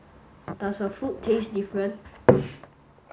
does her food taste different